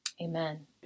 Amen